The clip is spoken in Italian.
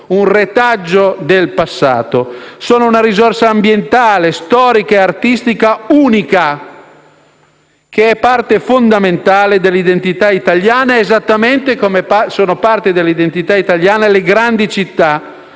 un retaggio del passato. Sono una risorsa ambientale, storica e artistica unica che è parte fondamentale dell'identità italiana esattamente come sono parte dell'identità italiana le grandi città